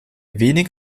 wenig